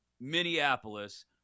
Minneapolis